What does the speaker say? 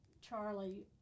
Charlie